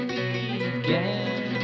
began